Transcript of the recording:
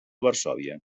varsòvia